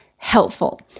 helpful